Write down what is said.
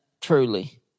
truly